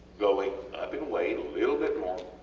going up in weight a little bit more,